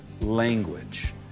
language